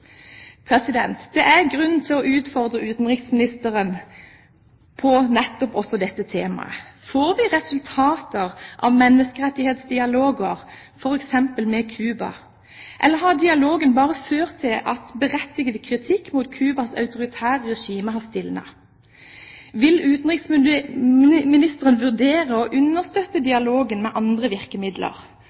Det er grunn til å utfordre utenriksministeren på nettopp dette temaet. Får vi resultater av menneskerettighetsdialoger f.eks. med Cuba, eller har dialogen bare ført til at berettiget kritikk mot Cubas autoritære regime har stilnet? Vil utenriksministeren vurdere å understøtte dialogen med andre virkemidler,